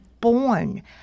born